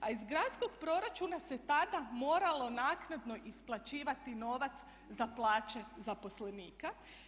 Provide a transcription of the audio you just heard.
A iz gradskog proračuna se tada moralo naknadno isplaćivati novac za plaće zaposlenika.